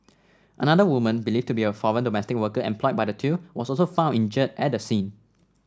another woman believed to be a foreign domestic worker employed by the two was also found injured at the scene